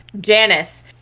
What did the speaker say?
Janice